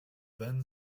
then